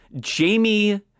Jamie